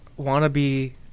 wannabe